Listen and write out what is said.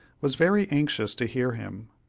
was very anxious to hear him.